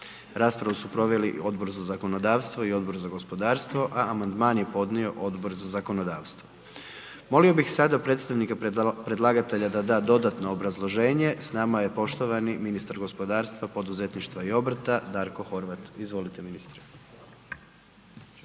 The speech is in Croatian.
Raspravu su proveli Odbor za zakonodavstvo i Odbor za gospodarstvo, a amandman je podnio Odbor za zakonodavstvo. Molio bih sada predstavnika predlagatelja da da dodatno obrazloženje. S nama je poštovani ministar gospodarstva, poduzetništva i obrta, Darko Horvat. Izvolite ministre.